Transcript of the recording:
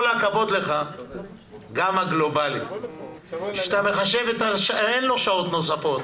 גם הגלובלי, אין לו שעות נוספות.